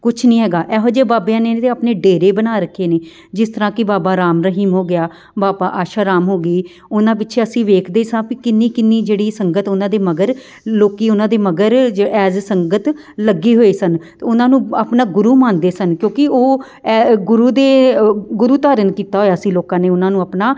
ਕੁਛ ਨਹੀਂ ਹੈਗਾ ਇਹੋ ਜਿਹੇ ਬਾਬਿਆਂ ਨੇ ਵੀ ਅਤੇ ਆਪਣੇ ਡੇਰੇ ਬਣਾ ਰੱਖੇ ਨੇ ਜਿਸ ਤਰ੍ਹਾਂ ਕਿ ਬਾਬਾ ਰਾਮ ਰਹੀਮ ਹੋ ਗਿਆ ਬਾਬਾ ਆਸਾ ਰਾਮ ਹੋ ਗਈ ਉਹਨਾਂ ਪਿੱਛੇ ਅਸੀਂ ਵੇਖਦੇ ਸਾਂ ਵੀ ਕਿੰਨੀ ਕਿੰਨੀ ਜਿਹੜੀ ਸੰਗਤ ਉਹਨਾਂ ਦੇ ਮਗਰ ਲੋਕ ਉਹਨਾਂ ਦੇ ਮਗਰ ਜ ਐਜ ਸੰਗਤ ਲੱਗੇ ਹੋਏ ਸਨ ਉਹਨਾਂ ਨੂੰ ਆਪਣਾ ਗੁਰੂ ਮੰਨਦੇ ਸਨ ਕਿਉਂਕਿ ਉਹ ਐ ਗੁਰੂ ਦੇ ਗੁਰੂ ਧਾਰਨ ਕੀਤਾ ਹੋਇਆ ਸੀ ਲੋਕਾਂ ਨੇ ਉਹਨਾਂ ਨੂੰ ਆਪਣਾ